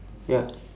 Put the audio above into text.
ya